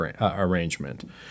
arrangement